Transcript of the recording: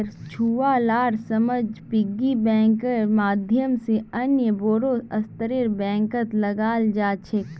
छुवालार समझ पिग्गी बैंकेर माध्यम से अन्य बोड़ो स्तरेर बैंकत लगाल जा छेक